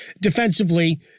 defensively